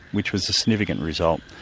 which was a significant result.